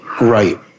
right